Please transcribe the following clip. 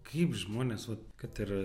kaip žmonės vat kad ir